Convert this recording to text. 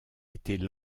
étaient